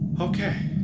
okay